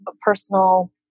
personal